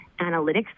analytics